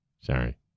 Sorry